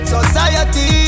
Society